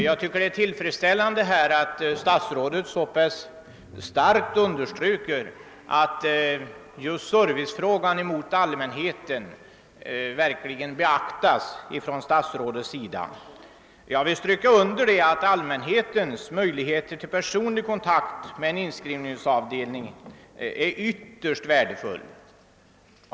Jag tycker att det är tillfredsställande att statsrådet så pass starkt understryker att just behovet av service till allmänheten verkligen kommer att beaktas av honom. Jag vill understryka att allmänhetens möjligheter till personlig kontakt med en inskrivningsavdelning är något ytterst värdefullt.